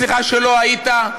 סליחה שלא היית,